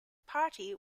party